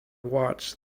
watch